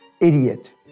idiot